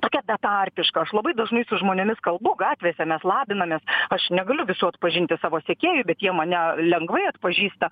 tokia betarpiška aš labai dažnai su žmonėmis kalbu gatvėse mes labinamės aš negaliu visų atpažinti savo sekėjų bet jie mane lengvai atpažįsta